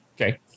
Okay